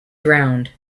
drowned